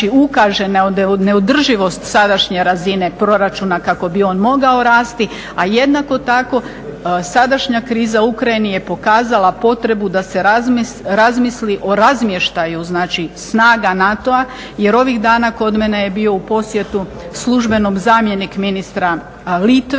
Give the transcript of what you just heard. ukaže na neodrživost sadašnje razine proračuna kako bi on mogao rasti. A jednako tako sadašnja kriza u Ukrajini je pokazala potrebu da se razmisli o razmještaju, znači snaga NATO-a, jer ovih dana kod mene je bio u posjetu službenom zamjenik ministra Litve